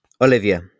Olivia